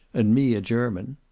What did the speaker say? and me a german.